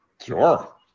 sure